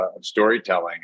storytelling